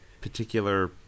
particular